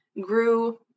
grew